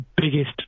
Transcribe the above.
biggest